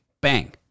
bang